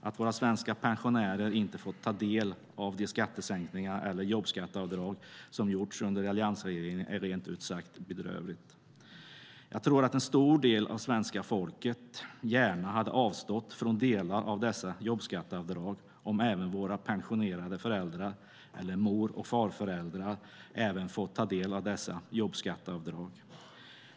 Att våra svenska pensionärer inte har fått ta del av de skattesänkningar, eller jobbskatteavdrag, som gjorts under alliansregeringen är rent ut sagt bedrövligt. Jag tror att en stor del av svenska folket gärna hade avstått från delar av dessa jobbskatteavdrag om även våra pensionerade föräldrar eller mor och farföräldrar fått ta del av dessa jobbskatteavdrag.